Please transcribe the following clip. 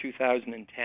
2010